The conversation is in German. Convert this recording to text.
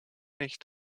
nicht